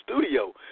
studio